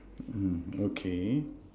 mm okay